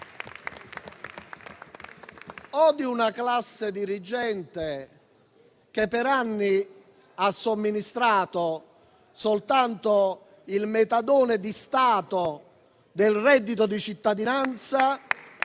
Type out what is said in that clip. O di una classe dirigente che per anni ha somministrato soltanto il metadone di Stato del reddito di cittadinanza,